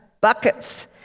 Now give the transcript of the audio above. buckets